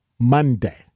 Monday